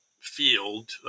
field